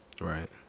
Right